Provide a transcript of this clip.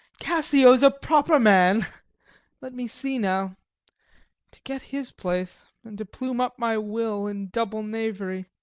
cassio's a proper man let me see now to get his place, and to plume up my will in double knavery